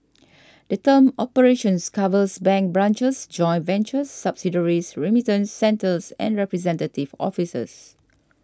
the term operations covers bank branches joint ventures subsidiaries remittance centres and representative offices